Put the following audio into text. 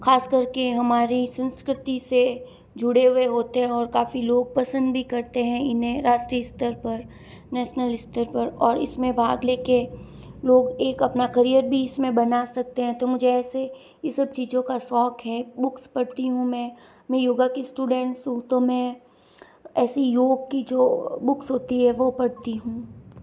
खासकर के हमारी संस्कृति से जुड़े हुए होते हैं और काफ़ी लोग पसंद भी करते हैं इन्हें राष्ट्रीय स्तर पर नेशनल स्तर पर और इसमें भाग लेके लोग एक अपना कैरियर भी इसमे बना सकते हैं तो मुझे ऐसे ये सब चीज़ों का शौक है बुक्स पढ़ती हूँ मैं मैं योग की स्टूडेंट हूँ तो मैं ऐसी योग की जो बुक्स होती है वह पढ़ती हूँ